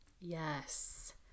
Yes